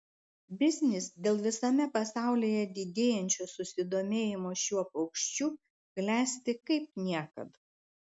biznis dėl visame pasaulyje didėjančio susidomėjimo šiuo paukščiu klesti kaip niekad